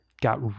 got